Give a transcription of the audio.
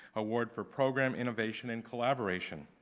award for program innovation and collaboration.